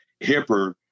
hipper